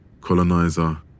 colonizer